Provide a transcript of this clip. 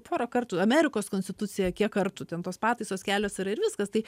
porą kartų amerikos konstitucija kiek kartų ten tos pataisos kelios yra ir viskas tai